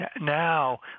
Now